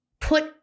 put